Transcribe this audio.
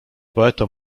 poeto